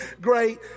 great